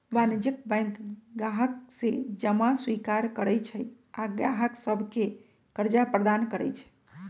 वाणिज्यिक बैंक गाहक से जमा स्वीकार करइ छइ आऽ गाहक सभके करजा प्रदान करइ छै